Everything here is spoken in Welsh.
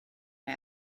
mae